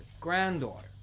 granddaughter